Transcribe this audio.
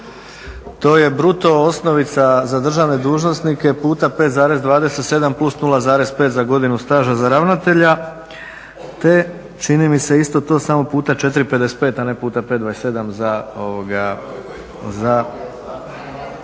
To je bruto osnovica za državne dužnosnike puta 5,27+0,5 za godinu staža za ravnatelja te čini mi se isto to samo puta 4,55 a ne puta 5,27 za